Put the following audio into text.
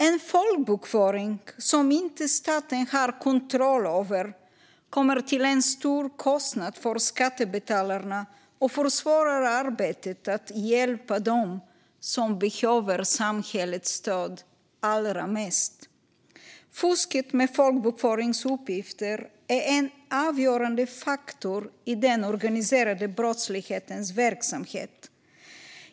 En folkbokföring som staten inte har kontroll över innebär en stor kostnad för skattebetalarna och försvårar arbetet med att hjälpa dem som behöver samhällets stöd allra mest. Fusket med folkbokföringsuppgifter är en avgörande faktor i den organiserade brottslighetens verksamhet.